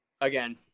again